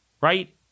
Right